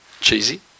Cheesy